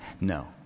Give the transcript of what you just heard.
no